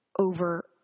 Over